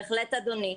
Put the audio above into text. בהחלט אדוני.